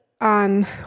on